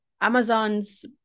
Amazon's